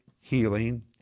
healing